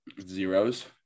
Zeros